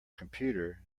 computer